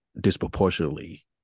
disproportionately